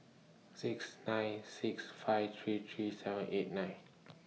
six nine six five three three seven eight nine